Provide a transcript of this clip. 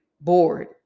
bored